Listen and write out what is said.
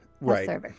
right